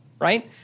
right